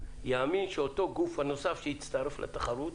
יאמין שאותו הגוף הנוסף שהצטרף לתחרות,